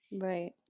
Right